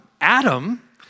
Adam